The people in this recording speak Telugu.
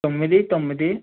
తొమ్మిది తొమ్మిది